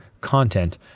content